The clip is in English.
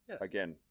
again